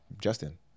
Justin